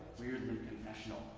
weirdly confessional.